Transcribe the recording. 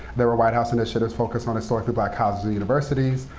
there were white house initiatives focused on historically black colleges universities,